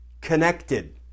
connected